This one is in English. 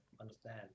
understand